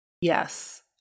yes